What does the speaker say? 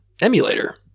emulator